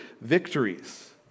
victories